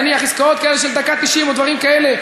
נניח עסקאות כאלה של "הדקה ה-90" או דברים כאלה,